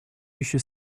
еще